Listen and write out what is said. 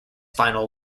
final